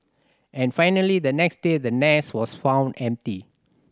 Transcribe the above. and finally the next day the nest was found empty